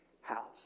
house